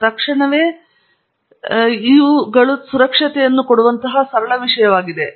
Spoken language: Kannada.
ನೀವು ತಕ್ಷಣವೇ ಕೆಲವು ಸುರಕ್ಷತೆಯನ್ನು ಸೇರಿಸುವಂತಹ ಸರಳ ವಿಷಯವಾಗಿದೆ